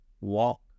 walk